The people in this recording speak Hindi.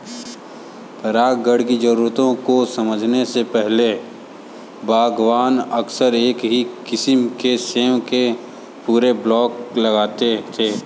परागण की जरूरतों को समझने से पहले, बागवान अक्सर एक ही किस्म के सेब के पूरे ब्लॉक लगाते थे